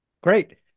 Great